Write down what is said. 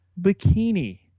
bikini